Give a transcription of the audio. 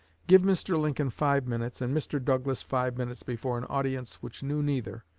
give mr. lincoln five minutes and mr. douglas five minutes before an audience which knew neither,